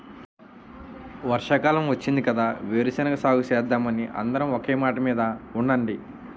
వర్షాకాలం వచ్చింది కదా వేరుశెనగ సాగుసేద్దామని అందరం ఒకే మాటమీద ఉండండి